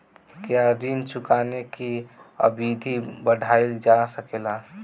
क्या ऋण चुकाने की अवधि बढ़ाईल जा सकेला?